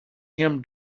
him